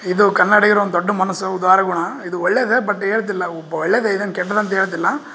ಇದು ಕನ್ನಡಿಗರ ಒಂದು ದೊಡ್ಡ ಮನಸ್ಸು ಉದಾರ ಗುಣ ಇದು ಒಳ್ಳೆದೇ ಬಟ್ ಹೇಳ್ತಿಲ್ಲ ಒಬ್ಬ ಒಳ್ಳೇದೇ ಇದೇನು ಕೆಟ್ದಂತ ಹೇಳ್ತಿಲ್ಲ